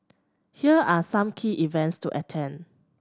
here are some key events to attend